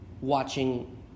watching